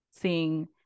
seeing